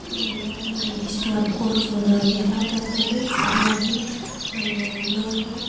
ಎಲ್ಲ ನಮ್ಗೆ ಇಷ್ಟ್ವಾದ ಕೋರ್ಸ್ ಓದೋರಿಗೆ ಎಲ್ಲ ಥರದಲ್ಲೂ ಫ್ರೀಯಾಗಿ ನಮ್ಗೆಲ್ಲರಿಗೂ